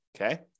okay